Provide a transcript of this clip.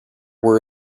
were